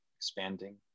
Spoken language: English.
expanding